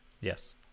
yes